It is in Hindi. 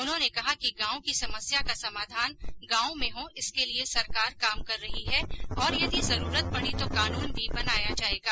उन्होंने कहा कि गांव की समस्या का समाधान गांव में हो इसके लिए सरकार काम कर रही है और यदि जरूरत पडी तो कानून भी बनाया जायेगा